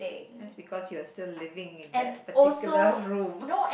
that's because you are still living in that particular room